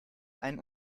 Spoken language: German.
einen